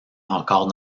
encore